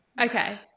Okay